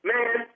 Man